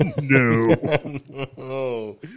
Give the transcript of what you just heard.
No